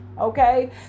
okay